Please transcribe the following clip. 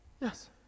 yes